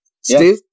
Steve